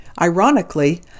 Ironically